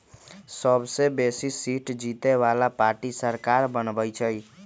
सबसे बेशी सीट जीतय बला पार्टी सरकार बनबइ छइ